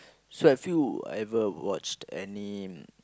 so have you ever watched any